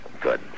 Good